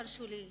תרשו לי,